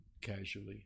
casually